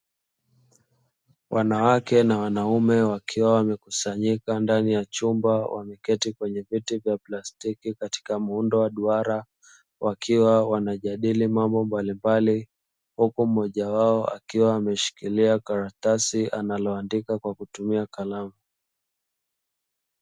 Wanawake na wanaume, wakiwa wamekusanyika ndani ya chumba, wameketi kwenye viti vya plastiki katika muundo wa duara, wakiwa wanajadili mambo mbalimbali, huku mmoja wao akiwa ameshikilia karatasi analoandika kwa kutumia kalamu.